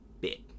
bit